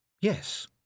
Yes